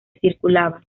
circulaba